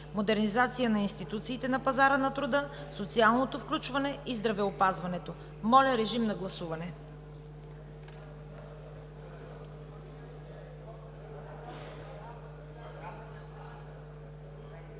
„Модернизация на институциите на пазара на труда, социалното включване и здравеопазването“.“ Моля, режим на гласуване.